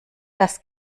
das